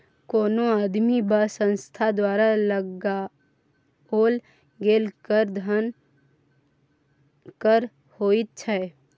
कोनो आदमी वा संस्था द्वारा लगाओल गेल कर धन कर होइत छै